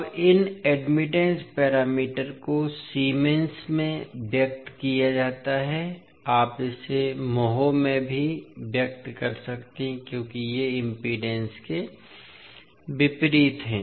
अब इन admittance parameter को सीमेंस में व्यक्त किया जाता है आप इसे म्हो में भी व्यक्त कर सकते हैं क्योंकि ये इम्पीडेन्स के विपरीत हैं